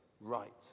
right